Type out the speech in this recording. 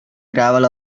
gravel